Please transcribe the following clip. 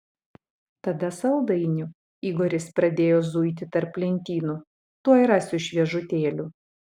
tada saldainių igoris pradėjo zuiti tarp lentynų tuoj rasiu šviežutėlių